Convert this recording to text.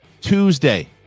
Tuesday